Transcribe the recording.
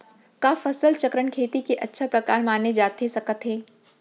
का फसल चक्रण, खेती के अच्छा प्रकार माने जाथे सकत हे?